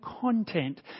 content